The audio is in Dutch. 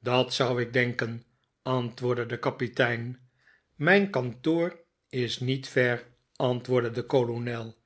dat zou ik denken antwoordde de kapitein mijn kantoor is niet ver antwoordde de kolonel